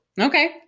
Okay